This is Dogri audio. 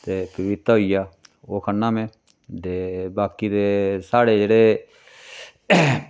ते पपीता होई गेआ ओह् खन्ना में ते बाकी ते साढ़े जेह्ड़े